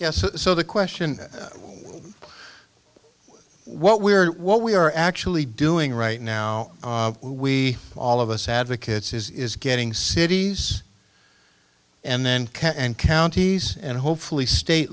yes so the question what we are what we are actually doing right now we all of us advocates is getting cities and then and counties and hopefully state